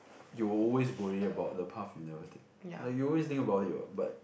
you always worry about the path you never take like you always think about it what but